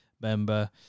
member